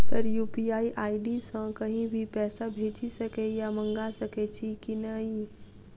Sir UPI ID सँ कहि भी पैसा भेजि सकै या मंगा सकै छी की न ई?